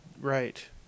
right